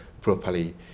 properly